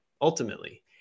ultimately